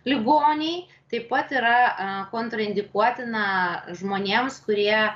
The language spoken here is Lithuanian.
ligoniai taip pat yra kontraindikuotina žmonėms kurie